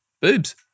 boobs